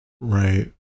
right